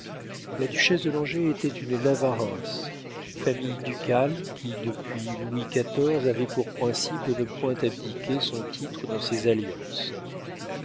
la duchesse de langeais était une navarreins famille ducale qui depuis louis xiv avait pour principe de ne point abdiquer son titre dans ses alliances